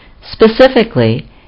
Specifically